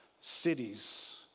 cities